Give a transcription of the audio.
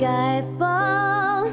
Skyfall